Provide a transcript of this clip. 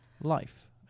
life